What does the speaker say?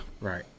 Right